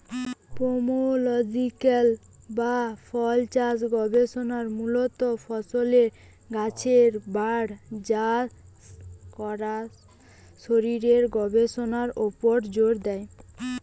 pomological বা ফলচাষ গবেষণা মূলত ফলের গাছের বাড়া, চাষ আর শরীরের গবেষণার উপর জোর দেয়